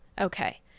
Okay